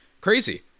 crazy